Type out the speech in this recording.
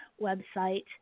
website